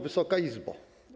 Wysoka Izbo!